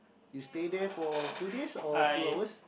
you stay there for few days or few hours